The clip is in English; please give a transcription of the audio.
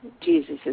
Jesus